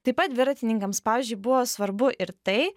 taip pat dviratininkams pavyzdžiui buvo svarbu ir tai